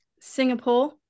Singapore